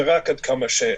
ורק עד כמה שנחוץ.